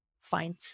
find